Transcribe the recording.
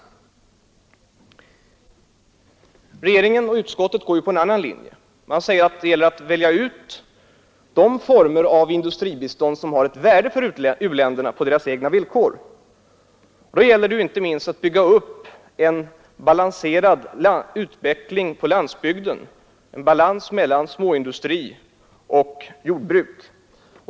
Regeringen och utskottet har valt en annan linje och säger att det gäller att välja ut de former av industribistånd som har ett värde för u-länderna på deras egna villkor. Då gäller det inte minst att bygga upp en balanserad utveckling på landsbygden, en balans mellan småindustri och jordbruk.